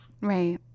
Right